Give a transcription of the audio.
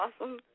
awesome